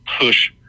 push